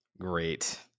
Great